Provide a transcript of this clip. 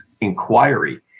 inquiry